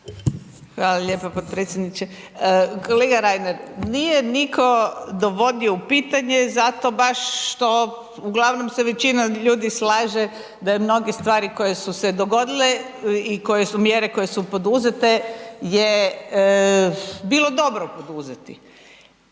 Hvala lijepa potpredsjedniče. Kolega Reiner, nije niko dovodio u pitanje zato baš što uglavnom se većina ljudi slaže da je mnogi stvari koje su se dogodile i koje su mjere koje su poduzete je bilo dobro poduzeti.